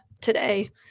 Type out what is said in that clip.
today